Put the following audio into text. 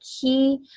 key